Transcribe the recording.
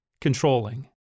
controlling